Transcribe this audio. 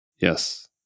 Yes